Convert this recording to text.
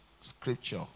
scripture